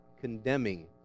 condemning